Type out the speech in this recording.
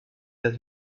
that